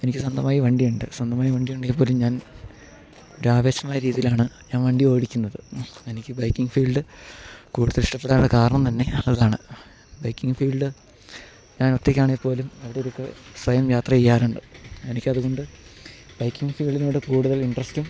എനിക്ക് സ്വന്തമായി വണ്ടിയുണ്ട് സ്വന്തമായി വണ്ടി ഉണ്ടങ്കിൽ പോലും ഞാൻ ഒരു ആവേശമായ രീതിയിലാണ് ഞാൻ വണ്ടി ഓടിക്കുന്നത് എനിക്ക് ബൈക്കിംഗ് ഫീൽഡ് കൂടുതൽ ഇഷ്ടപ്പെടാനുള്ള കാരണം തന്നെ അതാണ് ബൈക്കിങ് ഫീൽഡ് ഞാൻ ഒറ്റയ്ക്കാണേ പോലും സ്വയം യാത്ര ചെയ്യാറുണ്ട് എനിക്കതുകൊണ്ട് ബൈക്കിംഗ് ഫീൽഡിനോട് കൂടുതൽ ഇൻട്രസ്റ്റും